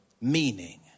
meaning